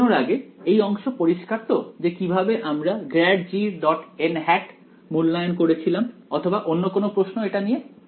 তাই এগোনোর আগে এই অংশ পরিষ্কার তো যে কিভাবে আমরা ∇g · মূল্যায়ন করেছিলাম অথবা অন্য কোনও প্রশ্ন এটা নিয়ে